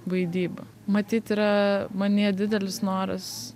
vaidyba matyt yra manyje didelis noras